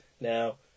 Now